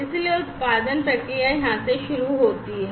इसलिए उत्पादन प्रक्रिया यहां से शुरू होती है